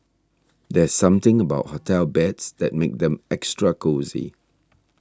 there's something about hotel beds that makes them extra cosy